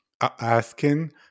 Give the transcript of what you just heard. asking